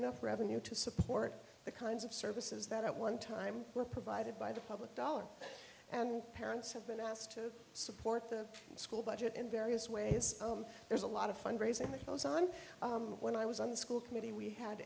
enough revenue to support the kinds of services that at one time were provided by the public dollars and parents have been asked to support the school budget in various ways there's a lot of fund raising that goes on when i was on the school committee we had